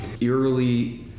eerily